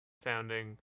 sounding